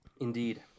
Indeed